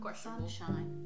sunshine